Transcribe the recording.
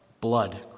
blood